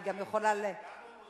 אני גם יכולה להתחייב,